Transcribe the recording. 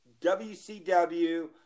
WCW